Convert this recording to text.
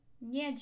Nie